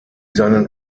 seinen